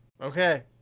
okay